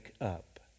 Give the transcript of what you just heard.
up